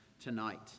tonight